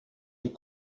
les